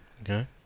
Okay